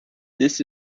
this